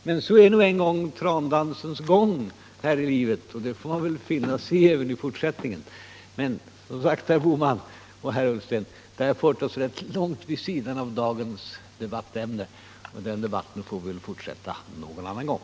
Men så är nu en gång trandansens gång här i livet, och det får man väl finna sig i även i fortsättningen. Men, herr Bohman och herr Ullsten, detta har fört oss rätt långt vid sidan av dagens debattämne, och den debatten får vi väl fortsätta någon annan gång.